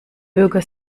bürger